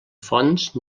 fonts